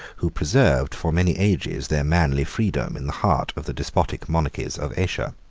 who preserved for many ages their manly freedom in the heart of the despotic monarchies of asia.